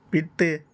விட்டு